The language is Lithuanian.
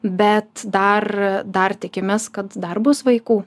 bet dar dar tikimės kad dar bus vaikų